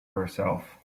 herself